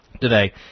today